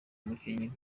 umukinnyi